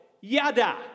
yada